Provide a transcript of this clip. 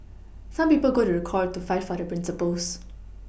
some people go to the court to fight for their Principles